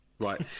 Right